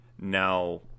now